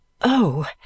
Oh